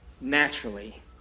naturally